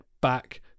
back